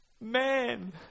man